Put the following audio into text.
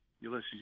Ulysses